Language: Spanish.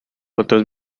otros